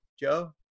Joe